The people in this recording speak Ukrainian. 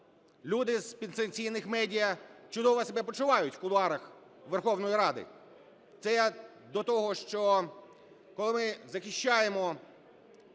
люди з підсанкційних медіа чудово себе почувають в кулуарах Верховної Ради. Це я до того, що коли ми захищаємо